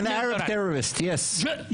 An Arab terrorist, yes.